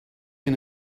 you